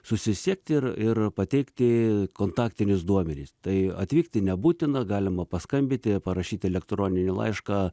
susisiekti ir ir pateikti kontaktinius duomenis tai atvykti nebūtina galima paskambinti parašyti elektroninį laišką